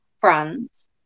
France